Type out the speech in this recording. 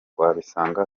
wabisanga